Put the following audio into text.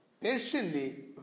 Patiently